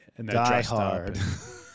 Diehard